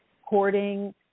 hoarding